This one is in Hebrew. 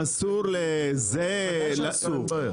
אסור --- ודאי שאסור.